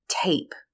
Tape